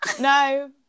No